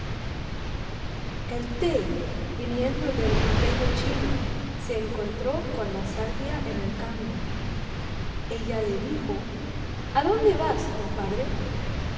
el té viniendo del imperio chino se encontró con la salvia en el camino ella le dijo adónde vas compadre